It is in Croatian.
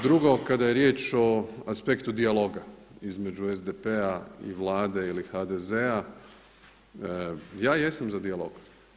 Drugo kada je riječ o aspektu dijaloga između SDP-a i Vlade ili HDZ-a ja jesam za dijalog.